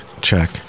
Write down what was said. check